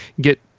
get